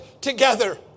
together